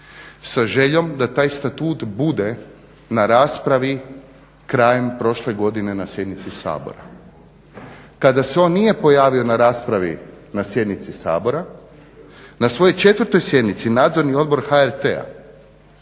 sa željom da taj statut bude na raspravi krajem prošle godine na sjednici Sabora. Kada se on nije pojavio na raspravi na sjednici Sabora na svojoj četvrtoj sjednici nadzorni odbor HRT-a